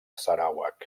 sarawak